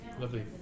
Lovely